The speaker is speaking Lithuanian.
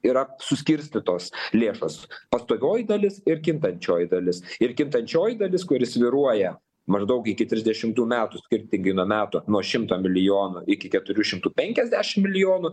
yra suskirstytos lėšos pastovioji dalis ir kintančioji dalis ir kintančioji dalis kuri svyruoja maždaug iki trisdešimtų metų skirtingai nuo metų nuo šimto milijonų iki keturių šimtų penkiasdešim milijonų